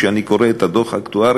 כשאני קורא את הדוח האקטוארי,